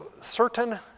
certain